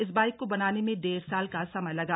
इस बाइक को बनाने में डेढ़ साल का समय लगा